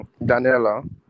Daniela